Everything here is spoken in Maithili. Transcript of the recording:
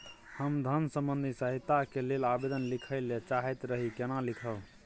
हम धन संबंधी सहायता के लैल आवेदन लिखय ल चाहैत रही केना लिखब?